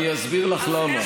אני אסביר לך למה.